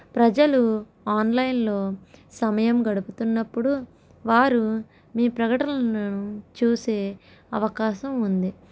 ప్రజలు ఆన్లైన్లో సమయం గడుపుతున్నప్పుడు వారు మీ ప్రకటనలను చూసే అవకాశం ఉంది